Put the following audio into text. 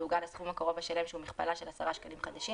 יעוגל לסכום הקרוב השלם שהוא מכפלה של 10 שקלים חדשים,